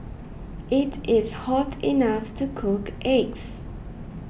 it is hot enough to cook eggs